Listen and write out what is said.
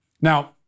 Now